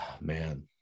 man